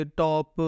top